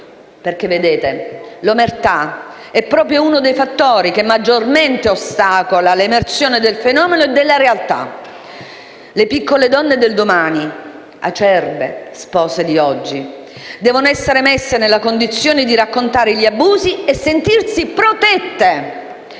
operatori sanitari. L'omertà è infatti uno dei fattori che maggiormente ostacola l'emersione del fenomeno e della realtà. Le piccole donne del domani, acerbe spose di oggi, devono essere messe nella condizione di raccontare gli abusi e sentirsi protette.